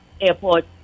airport